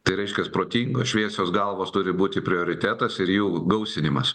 tai reiškias protinga šviesios galvos turi būti prioritetas ir jų gausinimas